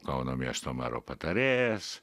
kauno miesto mero patarėjas